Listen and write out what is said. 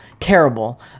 terrible